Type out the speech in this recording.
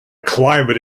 climate